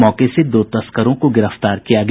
मौके से दो तस्करों को गिरफ्तार किया गया